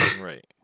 Right